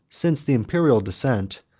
since the imperial descent,